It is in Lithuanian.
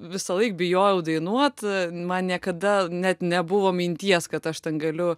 visąlaik bijojau dainuot man niekada net nebuvo minties kad aš galiu